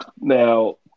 Now